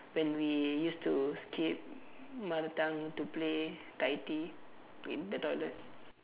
when we used to skip mother tongue to play dai di in the toilet